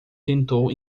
tentou